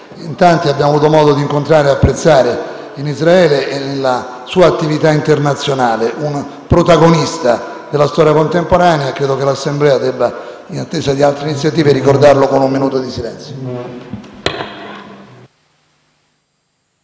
in tanti abbiamo avuto modo di incontrare e di apprezzare in Israele e nella sua attività internazionale. Un protagonista della storia contemporanea, per il quale credo che l'Assemblea, in attesa di altre iniziative, debba ricordarlo con un minuto di silenzio.